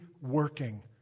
working